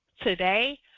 Today